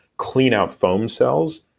clean our foam cells,